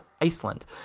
Iceland